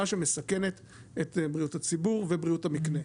שמסכנת את בריאות הציבור ובריאות המקנה,